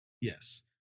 Yes